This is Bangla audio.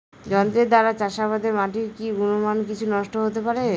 যন্ত্রের দ্বারা চাষাবাদে মাটির কি গুণমান কিছু নষ্ট হতে পারে?